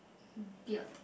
beard